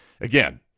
again